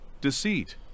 deceit